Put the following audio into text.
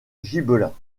gibelins